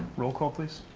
roll call, please.